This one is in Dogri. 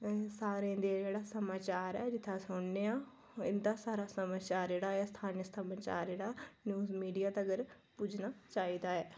ते सारें दा जेह्ड़ा समाचार ऐ जित्थै अस रौह्न्ने आं इं'दा सारा समाचार जेह्ड़ा ऐ स्थानीय समाचार जेह्ड़ा मीडिया तगर पुज्जना चाहिदा ऐ